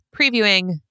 previewing